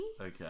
okay